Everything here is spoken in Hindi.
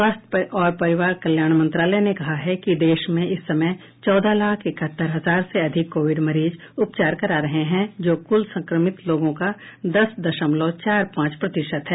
स्वास्थ्य और परिवार कल्याण मंत्रालय ने कहा है कि देश में इस समय चौदह लाख इकहत्तर हजार से अधिक कोविड मरीज उपचार करा रहे हैं जो कुल संक्रमित लोगों का दस दशमलव चार पांच प्रतिशत है